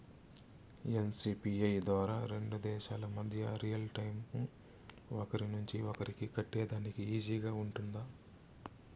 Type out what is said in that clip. NCPI ద్వారా రెండు దేశాల మధ్య రియల్ టైము ఒకరి నుంచి ఒకరికి కట్టేదానికి ఈజీగా గా ఉంటుందా?